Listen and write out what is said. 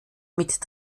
mit